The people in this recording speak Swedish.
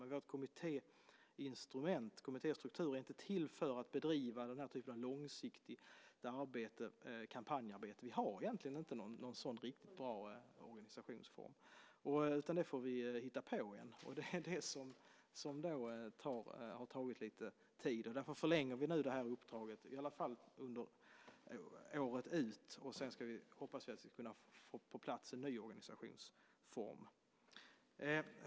Men kommittéstrukturen är inte till för att bedriva den typen av långsiktigt kampanjarbete. Vi har inte någon riktigt bra sådan organisationsform, utan vi får hitta på en. Det är det som har tagit lite tid. Därför förlänger vi nu uppdraget, i alla fall året ut, och hoppas få en ny organisationsform på plats.